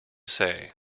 say